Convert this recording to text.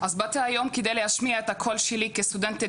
אז באתי היום כדי להשמיע את הקול שלי הסטודנטית